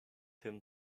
him